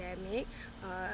demic uh